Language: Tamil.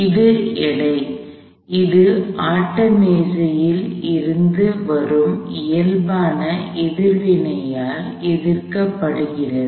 இது எடை இது ஆட்டமேசையில் இருந்து வரும் இயல்பான எதிர்வினையால் எதிர்க்கப்படுகிறது